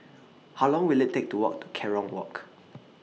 How Long Will IT Take to Walk to Kerong Walk